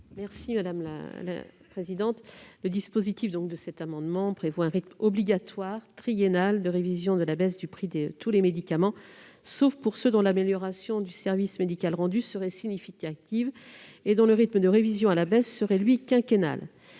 l'avis de la commission ? Le dispositif de cet amendement prévoit un rythme obligatoire triennal de révision à la baisse du prix de tous les médicaments, sauf pour ceux dont l'amélioration du service médical rendu serait significative et dont le rythme de révision à la baisse serait lui quinquennal.